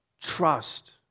trust